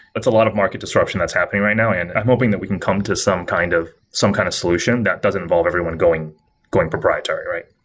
it's a lot of market disruption that's happening right now, and i'm hoping that we can come to some kind of some kind of solution that doesn't involve everyone going going proprietary, right?